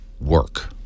work